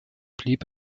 blieb